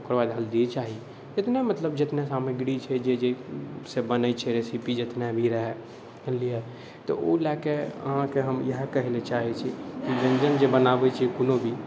ओकर बाद हल्दी चाही एतने मतलब जतना सामग्री छै जाहि जाहिसँ बनै छै रेसिपी जतना भी रहै जानलिए तऽ ओ लऽ कऽ अहाँके हम इएह कहैलए चाहै छी कि व्यञ्जन जे बनाबै छिए कोनो भी